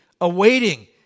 awaiting